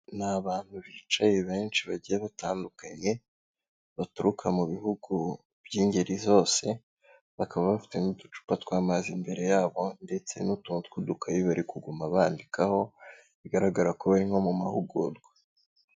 Ni abantu bicaye benshi bagiye batandukanye, baturuka mu bihugu by'ingeri zose, bakaba bafite n'uducupa tw'amazi, imbere yabo ndetse n'utuntu tw'udukayi bari kuguma bandikaho, bigaragara ko bari nko mu mahugurwa.